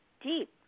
deep